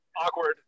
Awkward